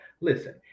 Listen